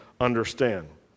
understand